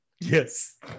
Yes